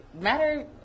matter